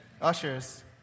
ushers